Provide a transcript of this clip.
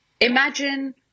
imagine